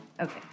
Okay